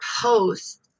post